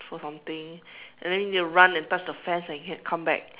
for something and then need to run and touch the fence and come back